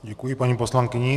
Děkuji paní poslankyni.